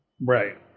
Right